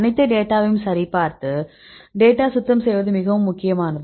அனைத்து டேட்டாவையும் சரிபார்த்து டேட்டா சுத்தம் செய்வது மிக முக்கியமானது